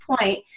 point